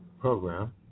program